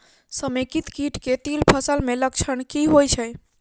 समेकित कीट केँ तिल फसल मे लक्षण की होइ छै?